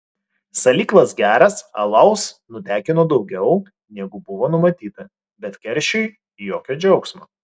salyklas geras alaus nutekino daugiau negu buvo numatyta bet keršiui jokio džiaugsmo